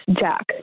Jack